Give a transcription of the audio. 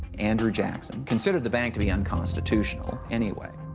andrew jackson considered the bank to be unconstitutional anyway.